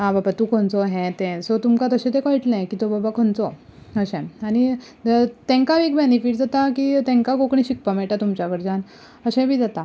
आं बाबा तूं खंयचो हें तें तुमकां तशें ते कळटलें की हो बाबा खंयचो अशें आनी तेंकाय एक बेनिफीट जाता की तेंका कोंकणी शिकपा मेळटा तुमच्या कडच्यान अशें बी जाता